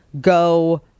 go